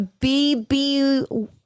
BB